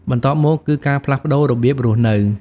បន្ទាប់មកគឺ ការផ្លាស់ប្តូររបៀបរស់នៅ។